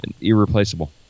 irreplaceable